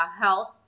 health